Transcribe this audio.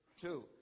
Two